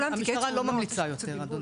פה קצת בלבול.